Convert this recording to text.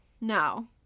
No